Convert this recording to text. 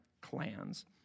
clans